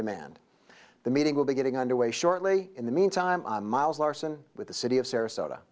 demand the meeting will be getting underway shortly in the meantime miles larson with the city of sarasota